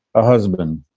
a husband,